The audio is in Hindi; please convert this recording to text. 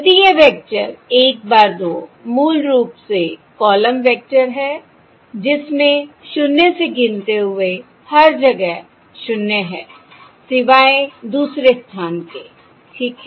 यदि यह वेक्टर 1 bar 2 मूल रूप से कॉलम वेक्टर हैजिसमें शून्य से गिनते हुए हर जगह शून्य हैसिवाय दूसरे स्थान के ठीक है